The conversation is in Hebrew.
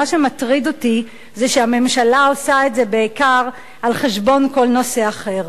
מה שמטריד אותי זה שהממשלה עושה את זה בעיקר על חשבון כל נושא אחר,